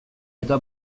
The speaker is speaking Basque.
eta